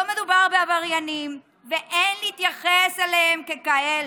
לא מדובר בעבריינים ואין להתייחס אליהם ככאלה.